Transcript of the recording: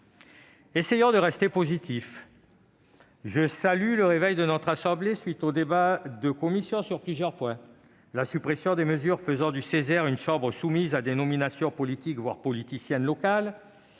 Essayons de rester positifs. Je salue le réveil de notre assemblée suite aux débats en commission sur plusieurs points : la suppression des mesures faisant du Ceser une chambre soumise à des nominations politiques, voire politiciennes locales,